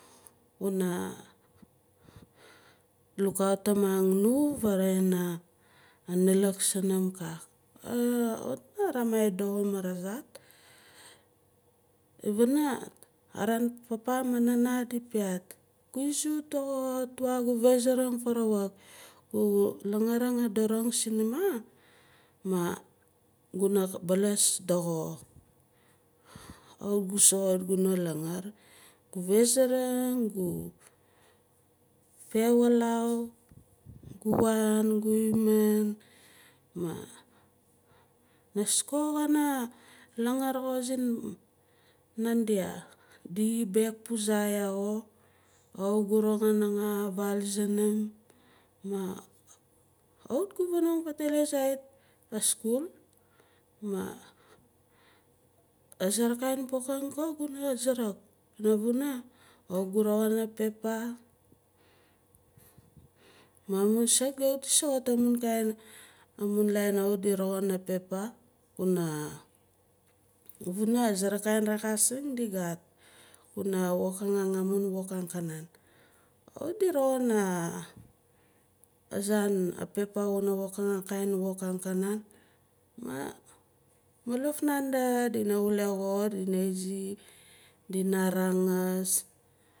Guna lukautim angnu varai analak sunum kaak kawit na ramai doxo marazart ivuna araan papa maan mama di piat gu izi doxo tua gu fezaring varawuk gu langaaring a doring sinima ma guna baalas doxo kawit gu soxot guna langaar gu fezaring gu fehwalau gu waan gu himin maan nis ko kana langaar sinandia di baayak puah ya xo ma kawit roxin ya avaal sunum maah kawit gu vanong fatele sait a skul. Azerekain pokang ko guna suruk panavuna kawit gu roxin a pepa maah amun saak kawit di soxot amun lain kawit di roxin a pepa kuna funa azere kain rexasing di gat kuna wokang amun wok angkanan kawit di roxin axaan a pepa kuna wokang akain wok angkanan maaluf nanda dina wule xo dina izi dina rangaas